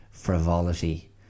frivolity